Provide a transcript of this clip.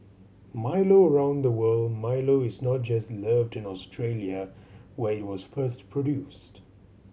Milo around the world Milo is not just loved in Australia where it was first produced